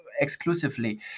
Exclusively